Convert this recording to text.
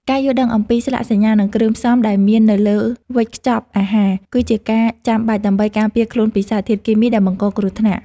ការយល់ដឹងអំពីស្លាកសញ្ញា និងគ្រឿងផ្សំដែលមាននៅលើវេចខ្ចប់អាហារ គឺជាការចាំបាច់ដើម្បីការពារខ្លួនពីសារធាតុគីមីដែលបង្កគ្រោះថ្នាក់។